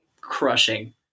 crushing